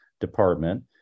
department